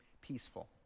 peaceful